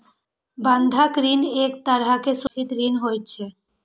बंधक ऋण एक तरहक सुरक्षित ऋण होइ छै